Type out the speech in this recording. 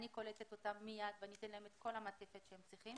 אני קולטת אותם מיד ואני אתן להם את כל המעטפת שהם צריכים